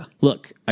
look